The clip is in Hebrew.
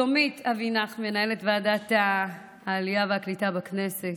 שלומית אבינח, מנהלת ועדת העלייה והקליטה בכנסת,